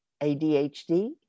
ADHD